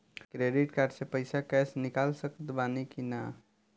Credit card से पईसा cash निकाल सकत बानी की ना?